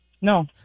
no